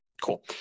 cool